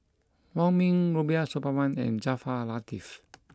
Wong Ming Rubiah Suparman and Jaafar Latiff